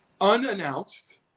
unannounced